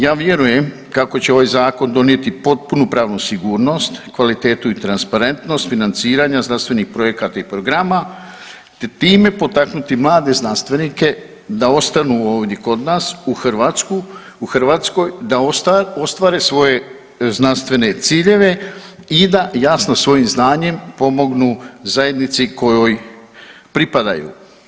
Ja vjerujem kako će ovaj zakon donijeti potpunu pravnu sigurnost, kvalitetu i transparentnost financiranja znanstvenih projekata i programa te time potaknuti mlade znanstvenike da ostanu ovdje kod nas u Hrvatskoj, da ostvare svoje znanstvene ciljeve i da jasno svojim znanjem pomognu zajednici kojoj pripadaju.